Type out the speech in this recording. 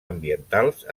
ambientals